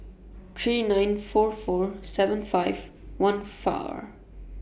three nine four four seven five one